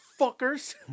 fuckers